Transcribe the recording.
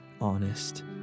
honest